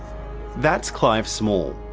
that's clive small,